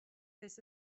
this